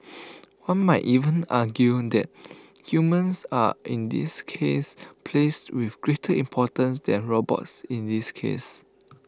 one might even argue that humans are in this case placed with greater importance than robots in this case